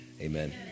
amen